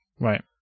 Right